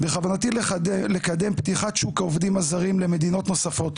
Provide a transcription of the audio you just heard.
בכוונתי לקדם פתיחת שוק העובדים הזרים למדינות נוספות,